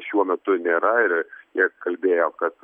šiuo metu nėra ir jie kalbėjo kad